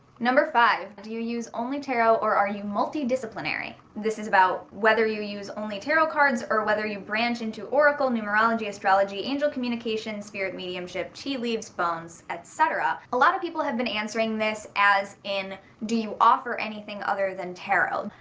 five do you use only tarot or are you multidisciplinary? this is about whether you use only tarot cards or whether you branch into oracle, numerology, astrology, angel communication, spirit mediumship tea leaves, bones etc? a lot of people have been answering this as in do you offer anything other than tarot?